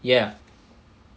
ya